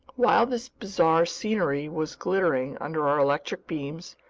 while this bizarre scenery was glittering under our electric beams,